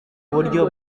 buryo